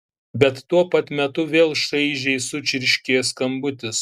bet tuo pat metu vėl šaižiai sučirškė skambutis